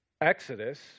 Exodus